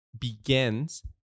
begins